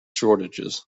shortages